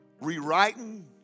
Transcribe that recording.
Rewriting